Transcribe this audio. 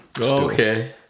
Okay